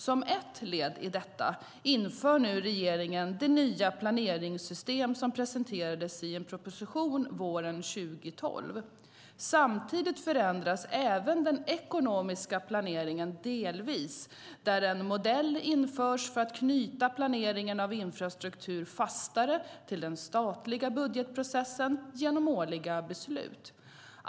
Som ett led i detta inför nu regeringen det nya planeringssystem som presenterades i en proposition våren 2012. Samtidigt förändras även den ekonomiska planeringen delvis, där en modell införs för att knyta planeringen av infrastruktur fastare till den statliga budgetprocessen genom årliga beslut.